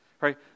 right